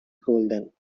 golden